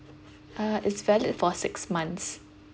uh it's valid for six months